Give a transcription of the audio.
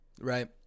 Right